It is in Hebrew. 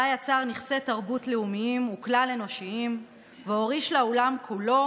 בה יצר נכסי תרבות לאומיים וכלל-אנושיים והוריש לעולם כולו